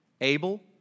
Abel